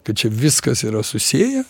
kad čia viskas yra susieję